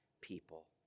people